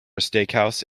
steakhouse